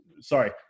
Sorry